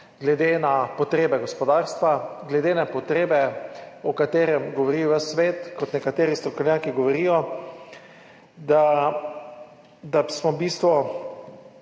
glede na potrebe gospodarstva, glede na potrebe, o katerih govori ves svet? Nekateri strokovnjaki govorijo, da čeprav smo v bistvu